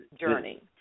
journey